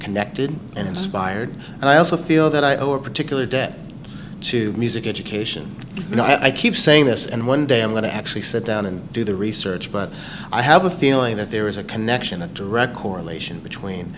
connected and inspired and i also feel that i owe a particular debt to music education and i keep saying this and one day i'm going to actually sit down and do the research but i have a feeling that there is a connection a direct correlation between